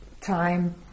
time